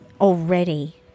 already